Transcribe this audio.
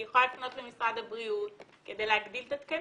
היא יכולה לפנות למשרד הבריאות כדי להגדיל את התקנים,